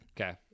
okay